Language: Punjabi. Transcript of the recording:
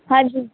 ਹਾਂਜੀ